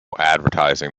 advertising